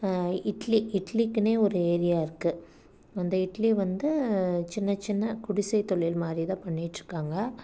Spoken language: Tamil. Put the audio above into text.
இட்லி இட்லிக்குனே ஒரு ஏரியா இருக்குது அந்த இட்லி வந்து சின்ன சின்ன குடிசை தொழில் மாதிரிதான் பண்ணிகிட்டு இருக்காங்க